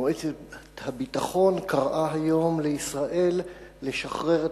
מועצת הביטחון קראה היום לישראל לשחרר את